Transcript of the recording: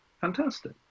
fantastic